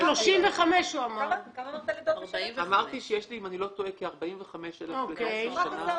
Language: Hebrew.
רק 10,000 --- אמרתי שיש אם אני לא טועה כ-45,000 לידות בשנה.